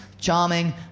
Charming